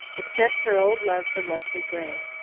except her old love for leslie gray.